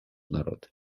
народ